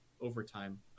overtime